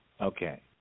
Okay